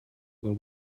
when